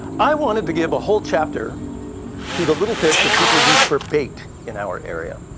i wanted to give a whole chapter to the little fish that people use for bait in our area.